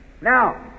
Now